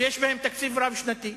שיש בהן תקציב רב-שנתי.